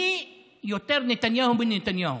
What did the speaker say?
מי יותר נתניהו מנתניהו,